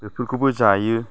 बेफोरखौबो जायो